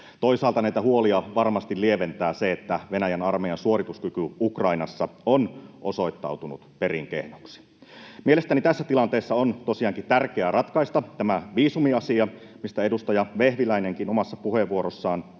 Toisaalta näitä huolia varmasti lieventää se, että Venäjän armeijan suorituskyky Ukrainassa on osoittautunut perin kehnoksi. Mielestäni tässä tilanteessa on tosiaankin tärkeää ratkaista tämä viisumiasia, mistä edustaja Vehviläinenkin omassa puheenvuorossaan